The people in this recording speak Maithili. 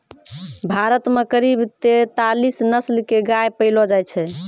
भारत मॅ करीब तेतालीस नस्ल के गाय पैलो जाय छै